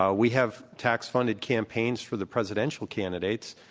ah we have tax funded campaigns for the presidential candidates.